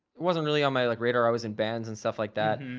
it wasn't really on my like radar. i was in bands and stuff like that.